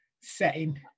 setting